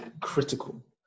critical